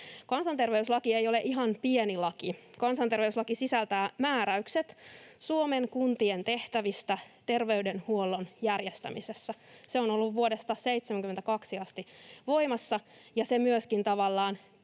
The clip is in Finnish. Kansanterveyslaki ei ole ihan pieni laki. Kansanterveyslaki sisältää määräykset Suomen kuntien tehtävistä terveydenhuollon järjestämisessä. Se on ollut vuodesta 72 asti voimassa, ja se myöskin